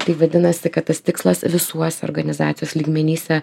tai vadinasi kad tas tikslas visuose organizacijos lygmenyse